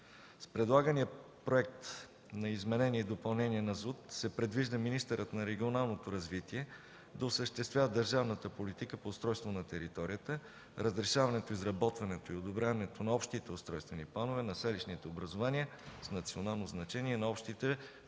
С предлагания Законопроект за изменение и допълнение на Закона за устройство на територията се предвижда министърът на регионалното развитие да осъществява държавната политика по устройство на територията, разрешаването, изработването и одобряването на общите устройствени планове на селищните образувания с национално значение и на общите